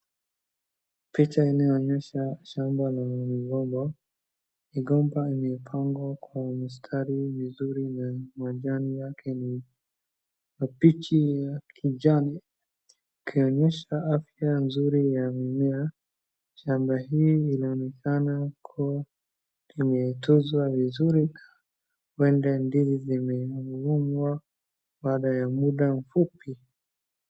Picha hii inaonyesha shamba la migomba. Migomba imepangwa kwa mstari vizuri na majani yake ni mapichi ya kijani. Ikaonyesha afya nzuri ya mimea. Shamba hii linaonekana kuwa limetunzwa vizuri. Huenda ndizi zimevunwa baada ya muda mfupi.